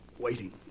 waiting